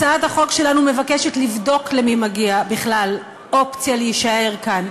הצעת החוק שלנו מבקשת לבדוק למי מגיעה בכלל אופציה להישאר כאן.